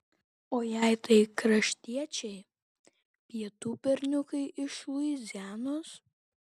o jei tai kraštiečiai pietų berniukai iš luizianos